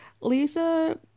Lisa